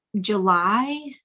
July